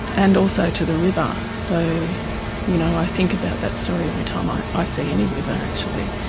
and also to the river. so you know i think about that story every time i i see any river actually.